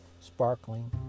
sparkling